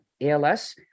als